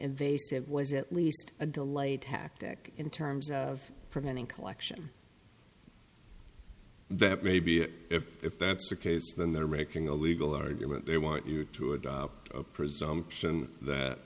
invasive was at least a delay tactic in terms of preventing collection that may be it if if that's the case then they're making a legal argument they want you to adopt a presumption that